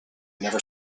never